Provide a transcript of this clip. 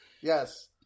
Yes